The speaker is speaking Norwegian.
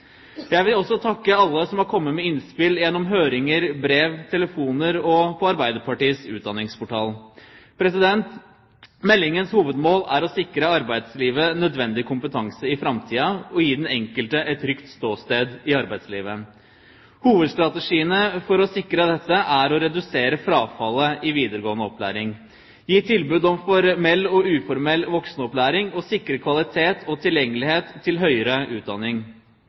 Jeg vil også takke alle som har kommet med innspill gjennom høringer, brev, telefoner og på Arbeiderpartiets utdanningsportal. Meldingens hovedmål er å sikre arbeidslivet nødvendig kompetanse i framtiden og gi den enkelte et trygt ståsted i arbeidslivet. Hovedstrategiene for å sikre dette er å redusere frafallet i videregående opplæring, gi tilbud om formell og uformell voksenopplæring og sikre kvalitet og tilgjengelighet til høyere utdanning.